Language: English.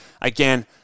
again